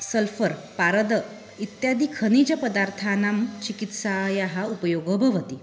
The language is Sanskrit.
सल्फर् पारद इत्यादि खनिजपदार्थानां चिकित्सायाः उपयोगो भवति